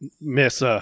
Miss